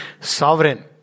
Sovereign